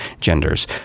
Genders